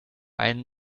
einen